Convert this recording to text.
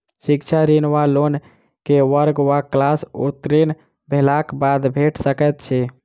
शिक्षा ऋण वा लोन केँ वर्ग वा क्लास उत्तीर्ण भेलाक बाद भेट सकैत छी?